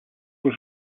was